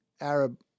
Arab